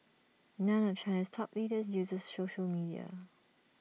none of China's top leaders uses social media